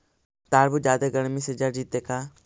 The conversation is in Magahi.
तारबुज जादे गर्मी से जर जितै का?